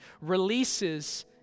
releases